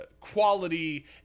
quality